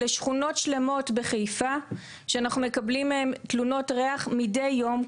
אלה שכונות שלמות בחיפה שאנחנו מקבלים מהם תלונות ריח מידי יום,